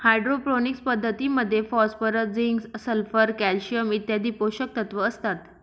hydroponics पद्धतीमध्ये phosphorus, zinc, sulphur, calcium इत्यादी पोषकतत्व असतात